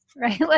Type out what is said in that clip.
right